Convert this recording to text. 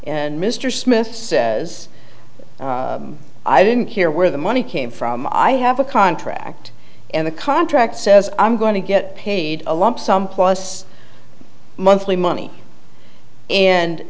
and mr smith says i didn't hear where the money came from i have a contract and the contract says i'm going to get paid a lump sum plus monthly money and